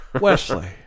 Wesley